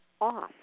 off